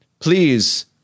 Please